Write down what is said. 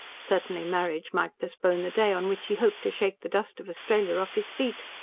certainly marriage might postpone the day on which he hoped to shake the dust of australia off his feet.